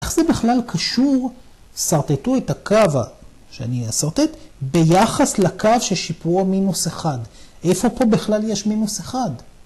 איך זה בכלל קשור 'שרטטו את הקו שאני אשרטט ביחס לקו של שיפוע מינוס 1'. איפה פה בכלל יש מינוס 1?